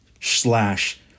slash